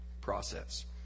process